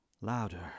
louder